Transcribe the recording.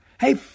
Hey